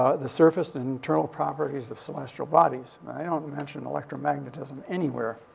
ah the surface and internal properties of celestial bodies. well, they don't mention electromagnetism anywhere.